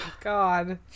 god